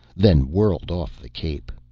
then whirled off the cape.